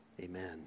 Amen